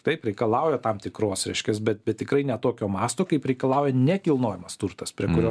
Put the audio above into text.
taip reikalauja tam tikros reiškias bet bet tikrai ne tokio masto kaip reikalauja nekilnojamas turtas prie kurio